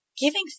giving